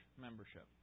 membership